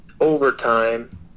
overtime